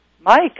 Mike